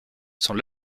sont